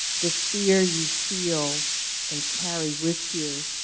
the fear you feel and carry with you,